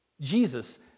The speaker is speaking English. Jesus